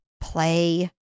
play